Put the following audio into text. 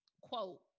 quote